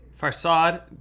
Farsad